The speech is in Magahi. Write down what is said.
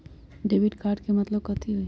डेबिट कार्ड के मतलब कथी होई?